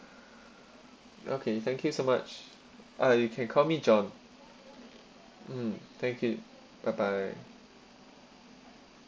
okay thank you so much uh you can call me john mm thank you bye bye